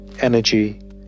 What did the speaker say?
energy